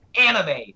anime